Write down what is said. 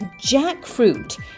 jackfruit